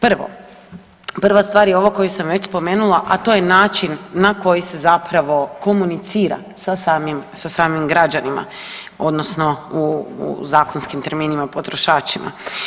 Prvo, prav stvar je ovo koju sam već spomenula, a to je način na koji se zapravo komunicira sa samim, sa samim građanima odnosno u zakonskim terminima potrošačima.